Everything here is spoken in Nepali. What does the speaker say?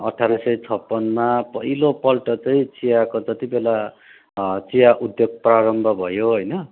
अठार सय छपन्नमा पहिलोपल्ट चाहिँ चियाको जति बेला चिया उद्योग प्रारम्भ भयो होइन